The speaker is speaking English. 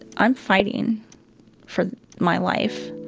i'm fighting for my life.